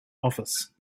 office